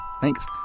Thanks